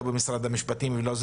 לא במשרד המשפטים ולא במקום אחר.